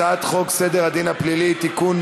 הצעת חוק סדר הדין הפלילי (תיקון,